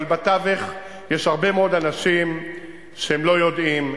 אבל בתווך יש הרבה מאוד אנשים שלא יודעים,